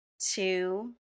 two